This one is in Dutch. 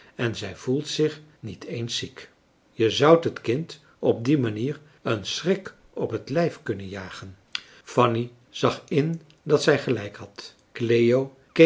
en zij voelt zich niet eens ziek je zoudt het kind op die manier een schrik op het lijf kunnen jagen fanny zag in dat zij gelijk had cleo